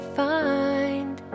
find